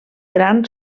gran